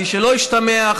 שלא ישתמע,